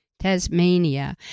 Tasmania